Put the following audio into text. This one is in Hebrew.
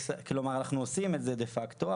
אנחנו עושים את זה דה פקטו,